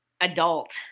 adult